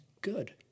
good